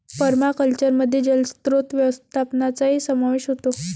पर्माकल्चरमध्ये जलस्रोत व्यवस्थापनाचाही समावेश होतो